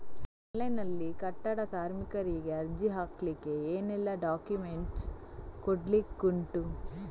Online ನಲ್ಲಿ ಕಟ್ಟಡ ಕಾರ್ಮಿಕರಿಗೆ ಅರ್ಜಿ ಹಾಕ್ಲಿಕ್ಕೆ ಏನೆಲ್ಲಾ ಡಾಕ್ಯುಮೆಂಟ್ಸ್ ಕೊಡ್ಲಿಕುಂಟು?